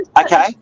okay